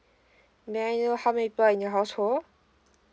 may I know how many people are in your household